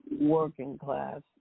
working-class